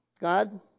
God